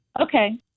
Okay